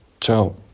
ciao